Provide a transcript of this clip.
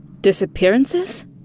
Disappearances